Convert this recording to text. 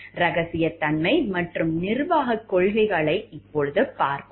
இரகசியத்தன்மை மற்றும் நிர்வாகக் கொள்கைகளைப் பார்ப்போம்